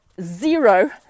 zero